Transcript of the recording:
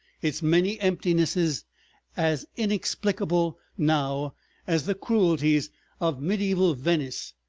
its many emptinesses as inexplicable now as the cruelties of medieval venice,